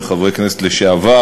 וגם חברי כנסת לשעבר,